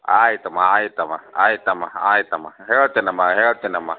ಆಯಿತಮ್ಮ ಆಯಿತಮ್ಮ ಆಯಿತಮ್ಮ ಆಯಿತಮ್ಮ ಹೇಳ್ತೇನಮ್ಮ ಹೇಳ್ತೀನಮ್ಮ